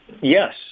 Yes